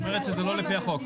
היא אומרת שזה לא לפי החוק.